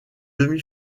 demi